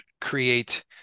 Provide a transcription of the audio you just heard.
create